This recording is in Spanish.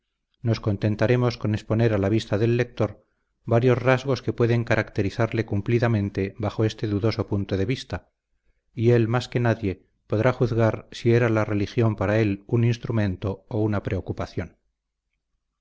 nos contentaremos con exponer a la vista del lector varios rasgos que pueden caracterizarle cumplidamente bajo este dudoso punto de vista y él más que nadie podrá juzgar si era la religión para él un instrumento o una preocupación